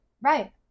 right